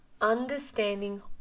understanding